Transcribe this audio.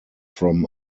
from